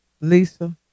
Lisa